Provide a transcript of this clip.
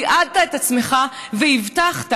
תיעדת את עצמך והבטחת.